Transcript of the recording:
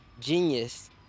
genius